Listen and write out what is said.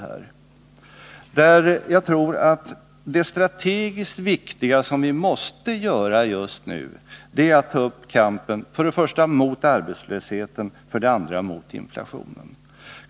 Enligt min mening är det strategiskt viktiga som vi måste göra just nu att ta upp kampen för det första mot arbetslösheten och för det andra mot inflationen.